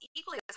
equally